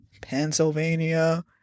Pennsylvania